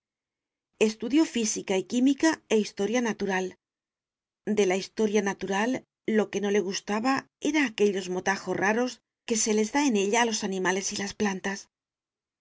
estudió física y química e historia natural de la historia natural lo que no le gustaba era aquellos motajos raros que se les da en ella a los animales y las plantas